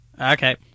Okay